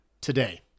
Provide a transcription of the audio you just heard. today